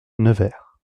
nevers